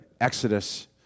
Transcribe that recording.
Exodus